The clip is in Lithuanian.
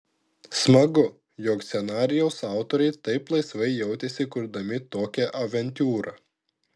smagu jog scenarijaus autoriai taip laisvai jautėsi kurdami tokią avantiūrą